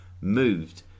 moved